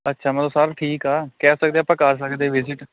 ਅੱਛਾ ਮਤਲਬ ਸਭ ਠੀਕ ਆ ਕਹਿ ਸਕਦੇ ਆਪਾਂ ਕਰ ਸਕਦੇ ਵਿਜਿਟ